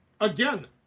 again